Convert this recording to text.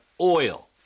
oil